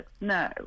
no